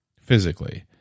physically